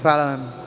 Hvala.